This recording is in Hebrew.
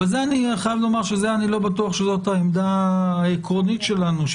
אבל אני חייב לומר שאני לא בטוח שזאת העמדה העקרונית שלנו,